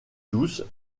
douce